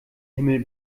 himmel